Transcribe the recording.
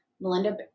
Melinda